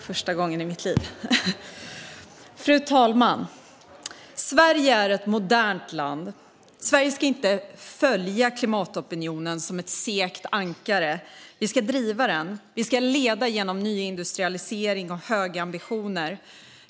Fru talman! Sverige är ett modernt land som inte ska följa klimatopinionen som ett segt ankare utan driva den. Vi ska vara ledande genom nyindustrialisering och höga ambitioner.